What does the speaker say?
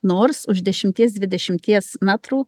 nors už dešimties dvidešimties metrų